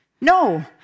No